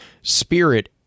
Spirit